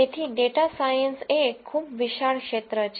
તેથી data science એ ખૂબ વિશાળ ક્ષેત્ર છે